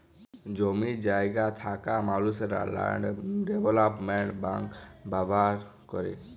জমি জায়গা থ্যাকা মালুসলা ল্যান্ড ডেভলোপমেল্ট ব্যাংক ব্যাভার ক্যরে